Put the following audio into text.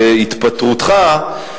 ושל התפטרותך,